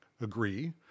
agree